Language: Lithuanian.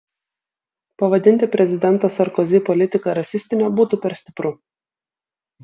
pavadinti prezidento sarkozi politiką rasistine būtų per stipru